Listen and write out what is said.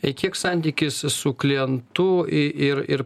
i kiek santykis su klientu i ir ir